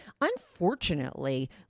Unfortunately